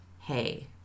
hey